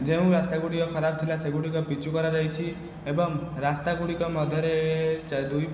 ଯେଉଁ ରାସ୍ତା ଗୁଡ଼ିକ ଖରାପ ଥିଲା ସେଗୁଡ଼ିକ ପିଚୁ କରାଯାଇଛି ଏବଂ ରାସ୍ତା ଗୁଡ଼ିକ ମଧ୍ୟରେ ଚା ଦୁଇ